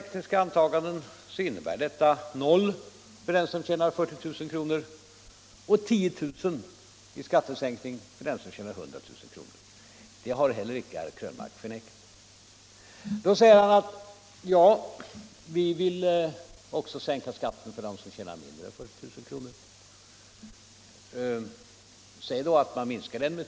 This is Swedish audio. Kan dom ha använts till det?